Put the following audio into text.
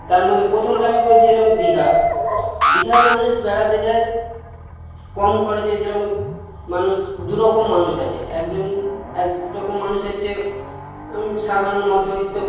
তার মধ্যে প্রথমটা আমি বলছি যেরম দীঘা দীঘায় মানুষ বেড়াতে যায় কম খরচে যেরম মানুষ দু রকম মানুষ আছে একরকম একরকম মানুষ হচ্ছে সাধারণ মধ্যবিত্ত